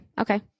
Okay